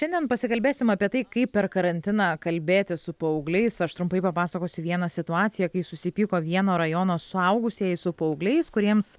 šiandien pasikalbėsim apie tai kaip per karantiną kalbėtis su paaugliais aš trumpai papasakosiu vieną situaciją kai susipyko vieno rajono suaugusieji su paaugliais kuriems